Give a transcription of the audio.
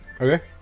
Okay